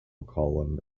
column